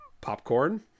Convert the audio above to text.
Popcorn